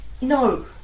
no